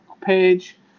page